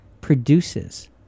produces